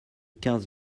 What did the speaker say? quinze